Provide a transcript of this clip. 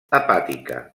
hepàtica